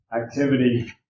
activity